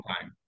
time